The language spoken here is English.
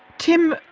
tim,